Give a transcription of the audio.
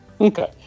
Okay